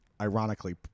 ironically